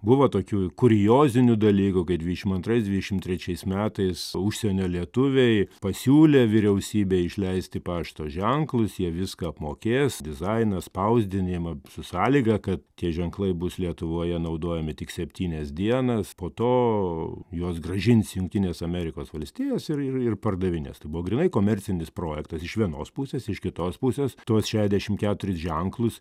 buvo tokių kuriozinių dalykų kai dvidešim antrais dvidešim trečiais metais užsienio lietuviai pasiūlė vyriausybei išleisti pašto ženklus jie viską apmokės dizainą spausdinimą su sąlyga kad tie ženklai bus lietuvoje naudojami tik septynias dienas po to juos grąžins į jungtines amerikos valstijas ir ir ir pardavinės tai buvo grynai komercinis projektas iš vienos pusės iš kitos pusės tuos šešiasdešim keturis ženklus